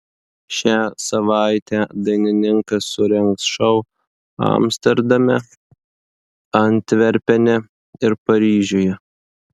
šią savaitę dainininkas surengs šou amsterdame antverpene ir paryžiuje